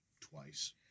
twice